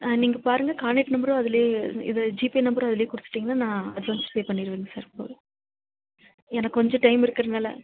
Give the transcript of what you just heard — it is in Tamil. நீங்கள் பாருங்கள் காண்டக்ட் நம்பரும் அதிலயே இ இதை ஜிபே நம்பரும் அதிலயே கொடுத்துட்டிங்கன்னா நான் அட்வான்ஸ் பே பண்ணிடுவேங்க சார் போது எனக்கு கொஞ்சம் டைம் இருக்குறதனால